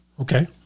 Okay